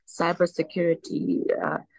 cybersecurity